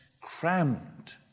crammed